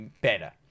better